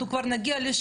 אנחנו מתקדמים.